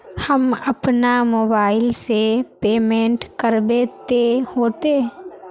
हम अपना मोबाईल से पेमेंट करबे ते होते?